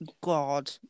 God